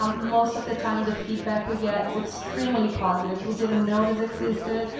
um most of the time the feedback we get is extremely positive. we didn't know this existed.